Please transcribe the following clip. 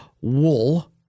wool